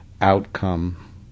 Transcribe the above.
outcome